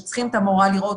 שצריכים לראות